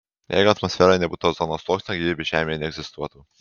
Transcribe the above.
jeigu atmosferoje nebūtų ozono sluoksnio gyvybė žemėje neegzistuotų